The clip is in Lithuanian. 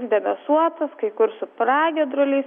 debesuotas kai kur su pragiedruliais